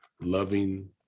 loving